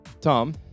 Tom